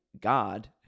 God